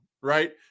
right